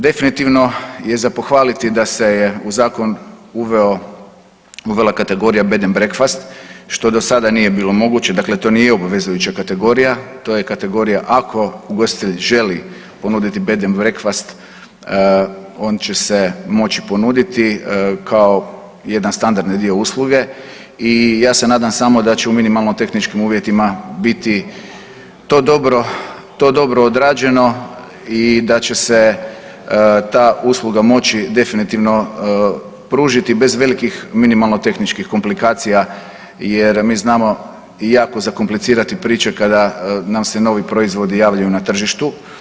Definitivno je za pohvaliti da se je u zakon uveo, uvela kategorija bed & breakfast, što do sada nije bilo moguće, dakle to nije obvezujuća kategorija, to je kategorija ako ugostitelj želi ponuditi bed & breakfast on će se moći ponuditi kao jedan standardni dio usluge i ja se nadam samo da će u minimalno tehničkim uvjetima biti to dobro, to dobro odrađeno i da će se ta usluga moći definitivno pružiti bez velikih minimalno tehničkih komplikacija jer mi znamo jako zakomplicirati priče kada nam se novi proizvodi javljaju na tržištu.